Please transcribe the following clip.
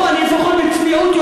פה אני לפחות יושב בצניעות.